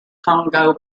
congo